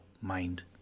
mind